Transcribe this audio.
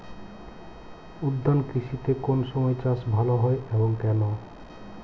উদ্যান কৃষিতে কোন সময় চাষ ভালো হয় এবং কেনো?